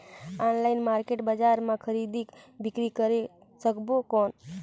Online market बजार मां खरीदी बीकरी करे सकबो कौन?